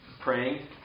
Praying